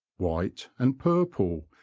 white, and purple,